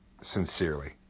sincerely